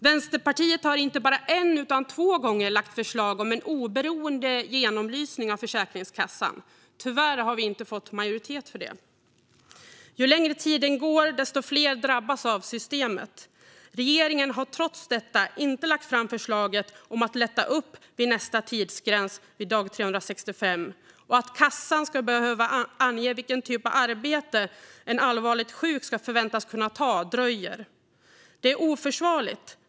Vänsterpartiet har inte bara en utan två gånger lagt fram förslag om en oberoende genomlysning av Försäkringskassan. Tyvärr har vi inte fått majoritet för det. Ju längre tiden går, desto fler hinner drabbas av systemet. Regeringen har trots detta inte lagt fram förslag om att lätta upp nästa tidsgräns, vid dag 365, och förslaget om att kassan ska behöva ange vilken typ av arbete en allvarligt sjuk förväntas kunna ta dröjer. Det är oförsvarligt.